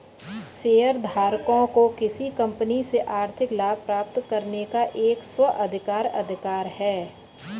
शेयरधारकों को किसी कंपनी से आर्थिक लाभ प्राप्त करने का एक स्व अधिकार अधिकार है